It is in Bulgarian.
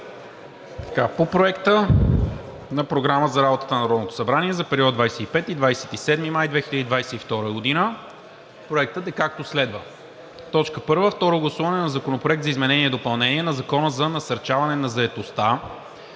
По Проекта на програма за работата на Народното събрание за периода 25 – 27 май 2022 г., както следва: 1. Второ гласуване на Законопроекта за изменение и допълнение на Закона за насърчаване на заетостта.